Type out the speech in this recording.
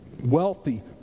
wealthy